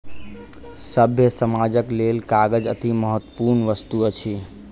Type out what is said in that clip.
सभ्य समाजक लेल कागज अतिमहत्वपूर्ण वस्तु अछि